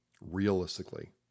realistically